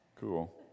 Cool